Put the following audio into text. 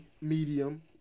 Medium